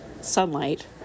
sunlight